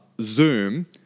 Zoom